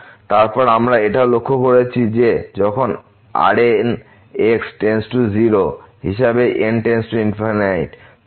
এবং তারপর আমরা এটাও লক্ষ্য করেছি যে যখন Rn → 0 হিসাবে n →∞